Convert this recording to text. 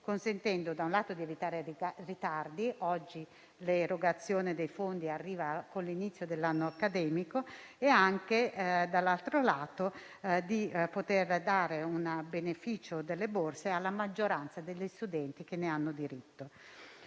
consentendo - da un lato - di evitare ritardi (oggi l'erogazione dei fondi arriva con l'inizio dell'anno accademico) e - dall'altro lato - di poter dare il beneficio delle borse di studio alla maggioranza degli studenti che ne hanno diritto.